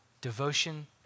devotion